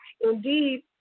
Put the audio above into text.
indeed